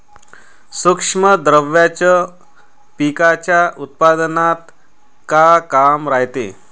सूक्ष्म द्रव्याचं पिकाच्या उत्पन्नात का काम रायते?